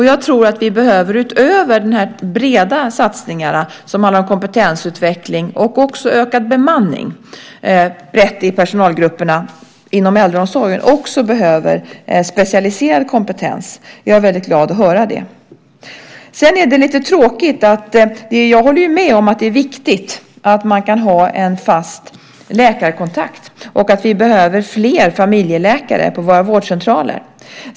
Jag tror att vi utöver de breda satsningarna på kompetensutveckling och ökad bemanning brett i personalgrupperna inom äldreomsorgen också behöver specialiserad kompetens. Jag är väldigt glad att höra det. Jag håller med om att det är viktigt att man kan ha en fast läkarkontakt, och vi behöver fler familjeläkare på våra vårdcentraler.